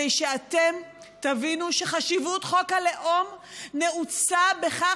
כדי שאתם תבינו שחשיבות חוק הלאום נעוצה בכך